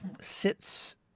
sits